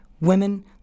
women